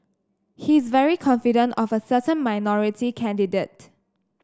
he's very confident of a certain minority candidate